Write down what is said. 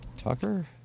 Tucker